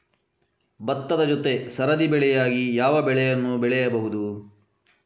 ಭತ್ತದ ಜೊತೆ ಸರದಿ ಬೆಳೆಯಾಗಿ ಯಾವ ಬೆಳೆಯನ್ನು ಬೆಳೆಯಬಹುದು?